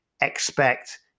expect